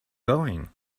going